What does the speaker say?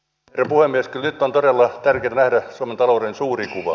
kyllä nyt on todella tärkeätä nähdä suomen talouden suuri kuva